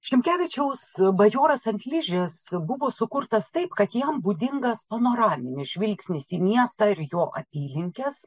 šimkevičiaus bajoras ant ližės buvo sukurtas taip kad jam būdingas panoraminis žvilgsnis į miestą ir jo apylinkes